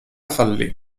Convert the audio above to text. fallì